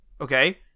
okay